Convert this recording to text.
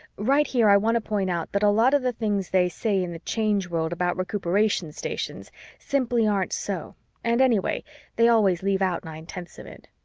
right here i want to point out that a lot of the things they say in the change world about recuperation stations simply aren't so and anyway they always leave out nine-tenths of it.